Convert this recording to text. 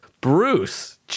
Bruce